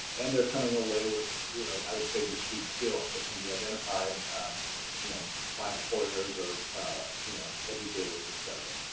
and they are coming our way with i will say discrete skills that can be identify you know by employers or you know educators et cetera.